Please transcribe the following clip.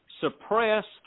suppressed